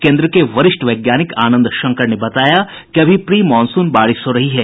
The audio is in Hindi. केन्द्र के वरिष्ठ वैज्ञानिक आनंद शंकर ने बताया कि अभी प्री मॉनसून बारिश हो रही है